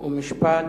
חוק ומשפט.